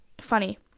funny